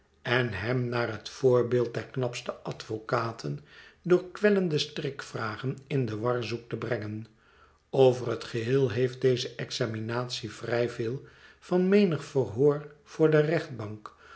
en hem naar het voorbeeld der knapste advocaten door kwellende strikvragen in de war zoekt te brengen over het geheel heeft deze examinatie vrij veel van menig verhoor voor de rechtbank